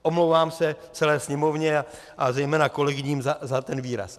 Omlouvám se celé Sněmovně a zejména kolegyním za ten výraz.